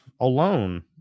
alone